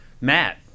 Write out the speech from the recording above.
Matt